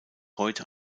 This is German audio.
heute